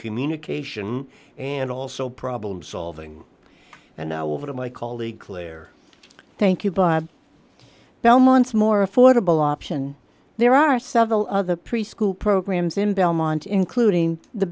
communication and also problem solving and now over to my colleague claire thank you bob belmont's more affordable option there are several other preschool programs in belmont including the